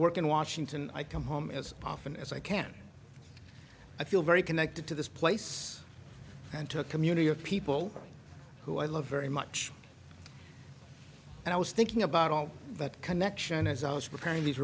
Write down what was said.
work in washington i come home as often as i can i feel very connected to this place and to a community of people who i love very much and i was thinking about all that connection as i was preparing these